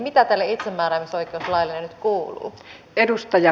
mitä tälle itsemääräämisoikeuslaille nyt kuuluu